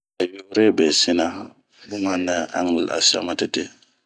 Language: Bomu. A yo're besina bun ma nɛ a un lafia matete.